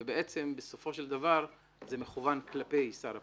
ובעצם בסופו של דבר זה מכוון כלפי שר הפנים,